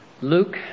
Luke